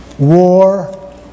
War